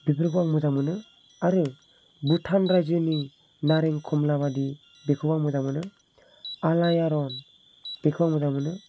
बेफोरखौ आं मोजां मोनो आरो भुटान रायजोनि नारें खमला बायदि बेखौ आं मोजां मोनो आलायारन बेखौ आं मोजां मोनो